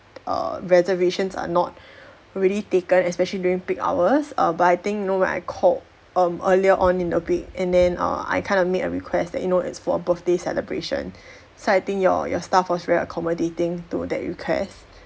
err reservations are not really taken especially during peak hours err but I think you know when I called um earlier on in the week and then err I kind of made a request that you know it's for a birthday celebration so I think your your staff was very accommodating to that request